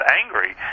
angry